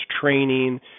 training